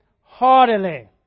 heartily